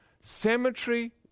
cemetery